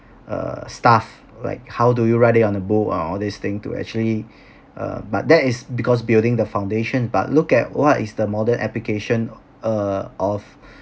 uh stuff like how do you write it on the book uh all this thing to actually uh but that is because building the foundation but look at what is the modern application uh of